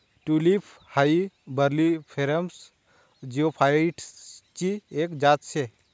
tulip हाई bulbiferous जिओफाइटसची एक जात शे